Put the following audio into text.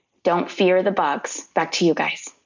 don't fear the box back to you guys.